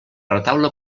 retaule